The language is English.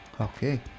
Okay